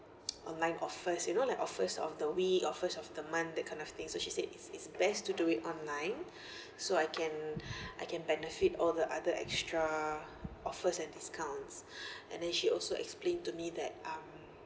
online offers you know like offers of the week or first of the month that kind of thing so she said it's it's best to do it online so I can I can benefit all the other extra offers and discounts and then she also explained to me that um